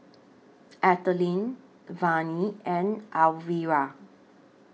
Ethelyn Vannie and Alvira